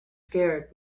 scared